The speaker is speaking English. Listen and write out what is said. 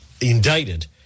indicted